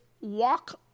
Walk